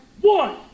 One